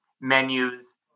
menus